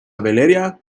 valeria